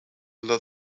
lot